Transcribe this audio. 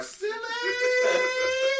silly